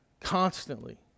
constantly